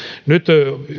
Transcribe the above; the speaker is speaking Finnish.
nyt